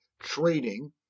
trading